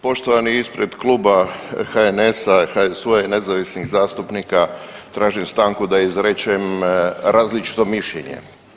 Poštovani, ispred Kluba HNS-a, HSU-a i nezavisnih zastupnika tražim stanku da izrečem različito mišljenje.